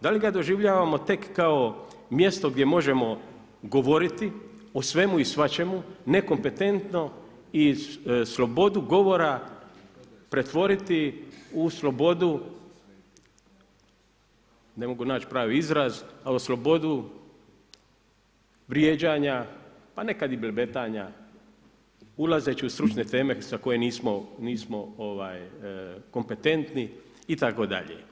Da li ga doživljavamo tek kao mjesto gdje možemo govoriti o svemu i svačemu nekompetentno i slobodu govora pretvoriti u slobodu, ne mogu naći pravi izraz a u slobodu vrijeđanja, pa nekad i blebetanja, ulazeći u stručne teme za koje nismo kompetentni itd.